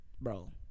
Bro